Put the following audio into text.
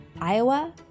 Iowa